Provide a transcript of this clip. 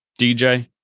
DJ